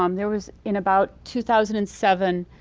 um there was in about two thousand and seven,